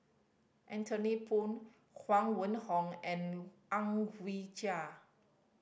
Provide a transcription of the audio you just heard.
Anthony Poon Huang Wenhong and Ang Wee Chai